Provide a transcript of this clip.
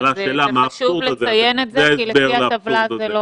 עלתה השאלה מהו האבסורד הזה וזה ההסבר לאבסורד הזה.